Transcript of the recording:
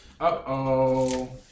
Uh-oh